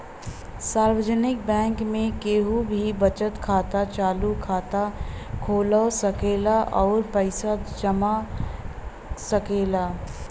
सार्वजनिक बैंक में केहू भी बचत खाता, चालु खाता खोलवा सकेला अउर पैसा बचा सकेला